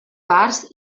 parts